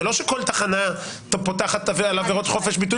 זה לא שכל תחנה פותחת על עבירות חופש ביטוי,